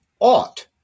ought